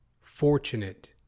fortunate